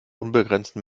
unbegrenzten